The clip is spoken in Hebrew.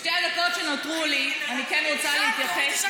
בשתי הדקות שנותרו לי אני כן רוצה להתייחס,